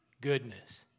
goodness